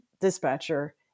dispatcher